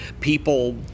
people